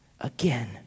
again